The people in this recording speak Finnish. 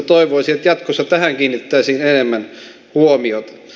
toivoisin että jatkossa tähän kiinnitettäisiin enemmän huomiota